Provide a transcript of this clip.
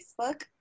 Facebook